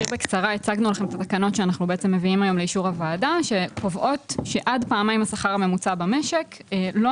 הצגנו לכם את התקנות שקובעות שעד פעמיים מהשכר הממוצע במשק לא